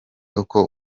uko